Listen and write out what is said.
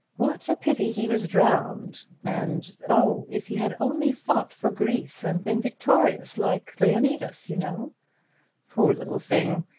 what a pity he was drowned and oh, if he had only fought for greece, and been victorious, like leonidas, you know poor little thing!